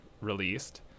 released